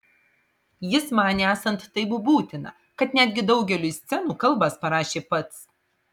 jis manė esant taip būtina kad netgi daugeliui scenų kalbas parašė pats